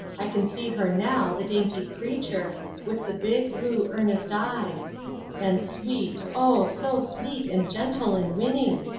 i can see her now, the dainty creature with the big, blue, earnest eyes and sweet, oh, so sweet and gentle and winning!